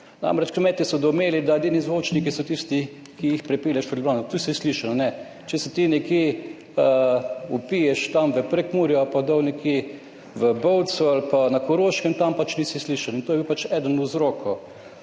Namreč kmetje so doumeli, da edini zvočniki so tisti, ki jih pripelješ v Ljubljano, tu se sliši ali ne. Če ti vpiješ tam v Prekmurju ali pa do nekje v Bovcu ali pa na Koroškem, tam pač nisi slišan in to je bil pač eden od vzrokov.